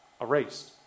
Erased